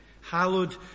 Hallowed